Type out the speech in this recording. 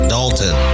Dalton